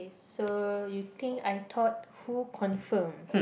so you think I thought who confirm